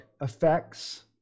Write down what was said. effects